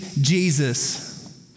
Jesus